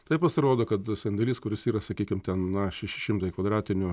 tai pasirodo kad sandėlys kuris yra sakykim ten na šeši šimtai kvadratinių